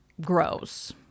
grows